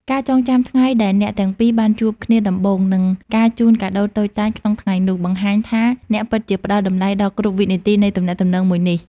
ការចងចាំថ្ងៃដែលអ្នកទាំងពីរបានជួបគ្នាដំបូង និងការជូនកាដូតូចតាចក្នុងថ្ងៃនោះ បង្ហាញថាអ្នកពិតជាផ្ដល់តម្លៃដល់គ្រប់វិនាទីនៃទំនាក់ទំនងមួយនេះ។